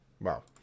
Wow